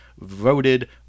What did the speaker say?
voted